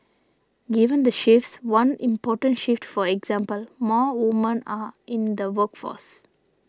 given the shifts one important shift for example more women are in the workforce